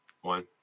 One